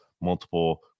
multiple